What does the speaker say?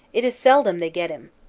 it is seldom they get him.